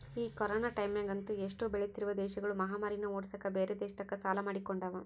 ಈ ಕೊರೊನ ಟೈಮ್ಯಗಂತೂ ಎಷ್ಟೊ ಬೆಳಿತ್ತಿರುವ ದೇಶಗುಳು ಮಹಾಮಾರಿನ್ನ ಓಡ್ಸಕ ಬ್ಯೆರೆ ದೇಶತಕ ಸಾಲ ಮಾಡಿಕೊಂಡವ